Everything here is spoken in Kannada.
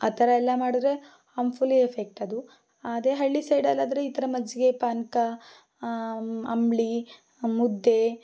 ಆ ಥರ ಎಲ್ಲ ಮಾಡಿದರೆ ಹಾರ್ಮ್ಫುಲ್ಲಿ ಎಫೆಕ್ಟ್ ಅದು ಅದೇ ಹಳ್ಳಿ ಸೈಡಲ್ಲಾದ್ರೆ ಈ ಥರ ಮಜ್ಜಿಗೆ ಪಾನಕ ಅಂಬಲಿ ಮುದ್ದೆ